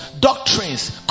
doctrines